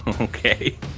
Okay